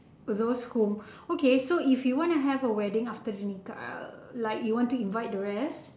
for those who okay so if you want to have a wedding after nikah err like if you want to invite the rest